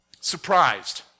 surprised